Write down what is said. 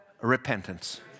Repentance